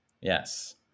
yes